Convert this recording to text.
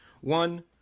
one